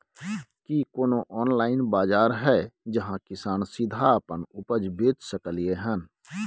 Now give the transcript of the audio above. की कोनो ऑनलाइन बाजार हय जहां किसान सीधा अपन उपज बेच सकलय हन?